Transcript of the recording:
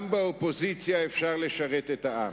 גם באופוזיציה אפשר לשרת את העם.